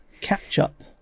catch-up